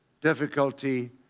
difficulty